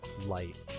light